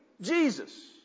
Jesus